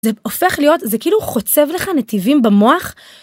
זה הופך להיות זה כאילו חוצב לך נתיבים במוח.